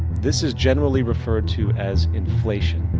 this is generally referred to as inflation.